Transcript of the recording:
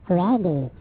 ready